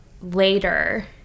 later